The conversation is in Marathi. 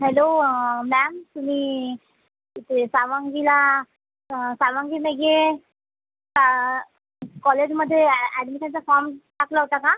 हॅलो मॅम तुम्ही तिथे सावंगीला सावंगीलये कॉलेजमध्ये ॲ ॲडमिशनचा फॉर्म टाकला होता का